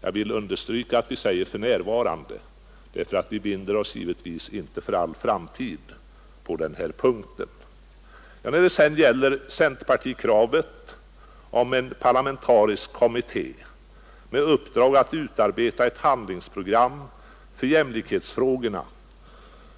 Jag vill understryka att vi säger ”för närvarande”; vi binder oss givetvis inte för all framtid på den här punkten. När det sedan gäller centerpartikravet om en parlamentarisk kommitté med uppdrag att utarbeta ett handlingsprogram för jämlikhetsfrågorna